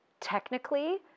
technically